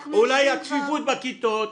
אולי הצפיפות בכיתות,